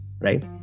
right